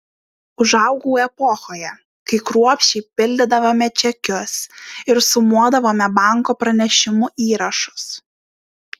užaugau epochoje kai kruopščiai pildydavome čekius ir sumuodavome banko pranešimų įrašus